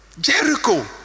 Jericho